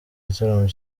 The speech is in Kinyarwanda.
gitaramo